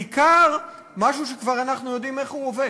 ובעיקר, משהו שכבר אנחנו יודעים איך הוא עובד.